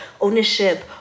ownership